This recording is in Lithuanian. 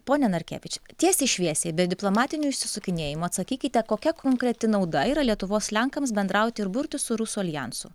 pone narkevič tiesiai šviesiai be diplomatinių išsisukinėjimų atsakykite kokia konkreti nauda yra lietuvos lenkams bendrauti ir burtis su rusų aljansu